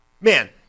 man